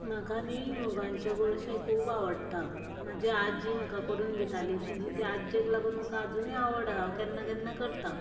म्हाका न्ही मुगांचें गोडशें खूब आवडटा म्हजी आजी म्हाका करून दिताली तिजे ते आजयेक लागून म्हाक आजूनीय आवड आसा हांव केन्ना केन्ना करतां